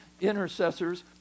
intercessors